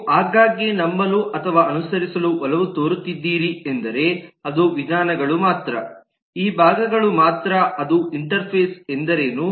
ನೀವು ಆಗಾಗ್ಗೆ ನಂಬಲು ಅಥವಾ ಅನುಸರಿಸಲು ಒಲವು ತೋರುತ್ತಿದ್ದೀರಿ ಎಂದರೆ ಅದು ವಿಧಾನಗಳು ಮಾತ್ರ ಈ ಭಾಗಗಳು ಮಾತ್ರ ಅದು ಇಂಟರ್ಫೇಸ್ ಎಂದರೇನು